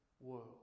world